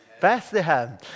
Bethlehem